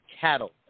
Cattle